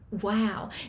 wow